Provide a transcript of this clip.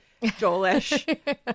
joelish